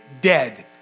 dead